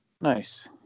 Nice